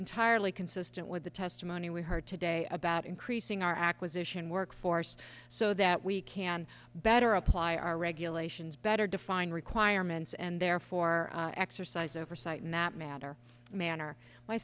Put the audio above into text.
entirely consistent with the testimony we heard today about increasing our acquisition workforce so that we can better apply our regulations better defined requirements and therefore exercise oversight in that matter manner my